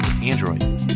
Android